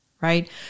right